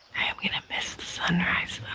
i am gonna miss the sunrise